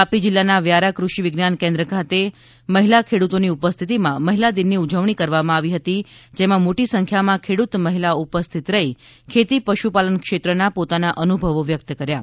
તાપી જિલ્લાના વ્યારા કૃષિ વિજ્ઞાન કેન્દ્ર ખાતે મહિલા ખેડૂતોની ઉપસ્થિતિમાં મહિલા દિનની ઉજવણી કરવામાં આવી હતી જેમાં મોટી સંખ્યામાં ખેડૂત મહિલાઓ ઉપસ્થિત રહી ખેતી પશુપાલન ક્ષેત્રના પોતાના અનુભવો વ્યક્ત કર્યા હતા